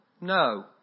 No